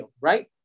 right